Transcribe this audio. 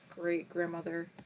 great-grandmother